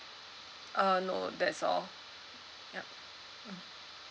uh no that's all ya mm